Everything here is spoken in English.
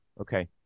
Okay